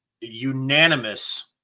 unanimous –